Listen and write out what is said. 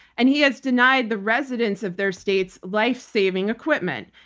and he has denied the residents of their states lifesaving equipment.